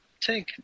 take